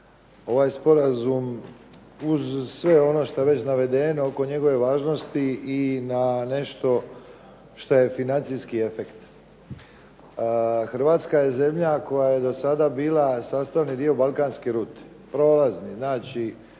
ovaj sporazum uz sve ono što je već navedeno oko njegove važnosti i na nešto što je financijski efekt. Hrvatska je zemlja koja je do sada bila sastavni dio balkanske rute, prolazne. Znači,